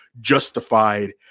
justified